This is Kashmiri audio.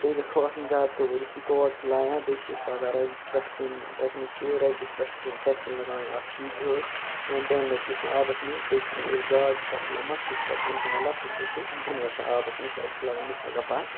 بیٚیہِ گَژھِ ہُہ آسَن زیادٕ پیٚور یُتھُے تورٕ چھِ لایان بیٚیہِ چھِ أسۍ لاگان رَزِ پیٚٹھ کِنۍ ٹیٚکنیٖک چھِ رَزِ گژھِ پیٚٹھ پیٚٹھ کِنۍ لَگاوٕنۍ اَکھ کیج ہٲٹ یا ڈیٚن لوٚپ یُس نہٕ آبَس منٛز ڈُبکی ییٚلہِ گاڈ چھِ تَتھ لَمان سُہ چھِ تَتھ بۄن کُن وَلان تہٕ سُہ چھِ بۄن وَسان آبَس منٛز تہٕ اَسہِ چھِ لاگان مےٚ چھِ لَگان پَے